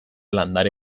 landare